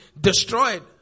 destroyed